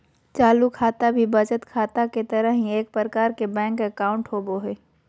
चालू खाता भी बचत खाता के तरह ही एक प्रकार के बैंक अकाउंट होबो हइ